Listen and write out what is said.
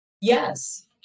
Yes